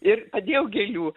ir padėjau gėlių